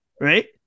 right